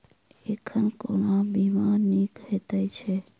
एखन कोना बीमा नीक हएत छै?